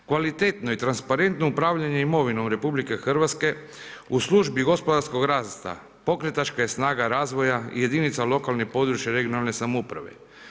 Kvalitetno i transparentno upravljanje imovinom RH, u službi gospodarskog rasta, pokretačka je snaga razvoja i jedinica lokalne, područne, regionalne samouprave.